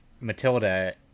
Matilda